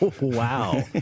Wow